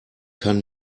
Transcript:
kann